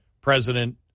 President